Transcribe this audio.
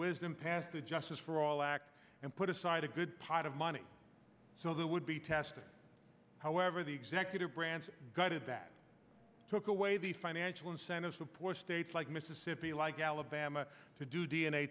wisdom passed the justice for all act and put aside a good pot of money so that would be tested however the executive branch gutted that took away the financial incentive supports states like mississippi like alabama to do d